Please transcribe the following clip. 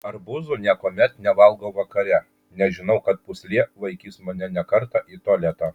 arbūzų niekuomet nevalgau vakare nes žinau kad pūslė vaikys mane ne kartą į tualetą